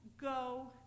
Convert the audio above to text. Go